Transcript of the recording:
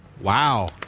Wow